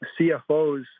CFOs